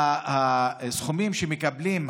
הסכומים שמקבלים,